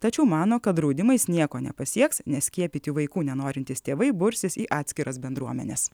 tačiau mano kad draudimais nieko nepasieks nes skiepyti vaikų nenorintys tėvai bursis į atskiras bendruomenes